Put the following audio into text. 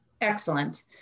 excellent